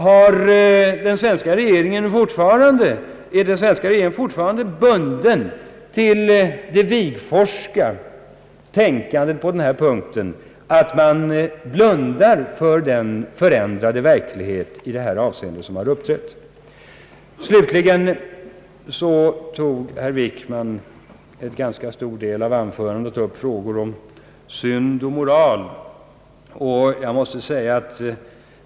Är den svenska regeringen fortfarande bunden till det Wigforsska tänkandet på denna punkt, så att den blundar för den förändrade verklighet som inträtt i detta avseende? Herr Wickman tog slutligen i en ganska stor del av sitt anförande upp frågor om synd och moral.